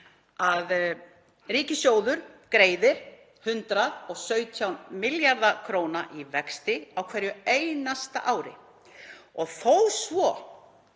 að ríkissjóður greiðir 117 milljarða kr. í vexti á hverju einasta ári og þó svo